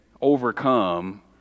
overcome